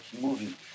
movie